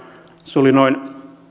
se oli